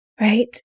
right